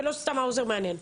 ולא סתם האוזר מהנהן.